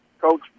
Coach